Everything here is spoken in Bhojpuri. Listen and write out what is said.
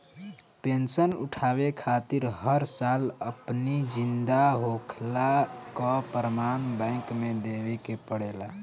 पेंशन उठावे खातिर हर साल अपनी जिंदा होखला कअ प्रमाण बैंक के देवे के पड़ेला